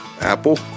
Apple